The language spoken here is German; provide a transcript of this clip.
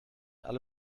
alle